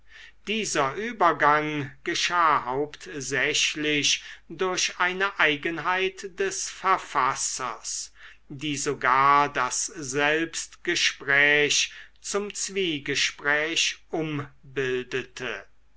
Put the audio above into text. dieser übergang geschah hauptsächlich durch eine eigenheit des verfassers die sogar das selbstgespräch zum zwiegespräch